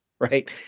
Right